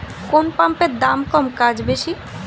কোন পাম্পের দাম কম কাজ বেশি?